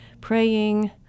praying